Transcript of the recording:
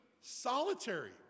solitary